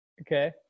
Okay